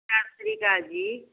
ਸਤਿ ਸ਼੍ਰੀ ਅਕਾਲ ਜੀ